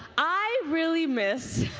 i really miss